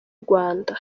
rwanda